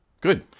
Good